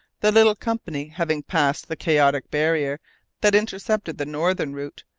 the little company, having passed the chaotic barrier that intercepted the northern route,